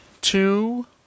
two